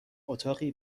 اتاقی